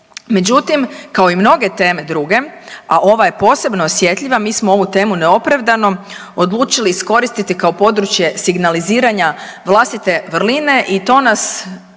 Međutim, kao i mnoge teme druge, a ova je posebno osjetljiva mi smo ovu temu neopravdano odlučiti iskoristiti kao područje signaliziranja vlastite vrline i to nas